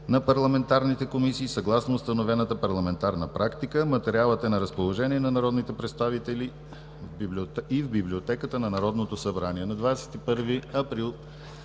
на парламентарните комисии, съгласно установената парламентарна практика. Материалът е на разположение на народните представители и в Библиотеката на Народното събрание. На 21 април